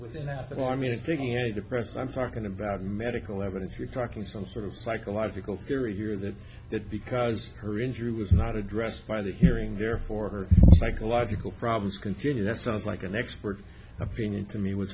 a depressed i'm talking about medical evidence you're talking some sort of psychological theory here that that because her injury was not addressed by the hearing therefore her psychological problems continue that sounds like an expert opinion